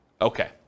Okay